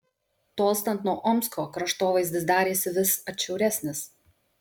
tolstant nuo omsko kraštovaizdis darėsi vis atšiauresnis